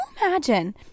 imagine